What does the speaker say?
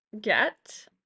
get